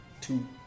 two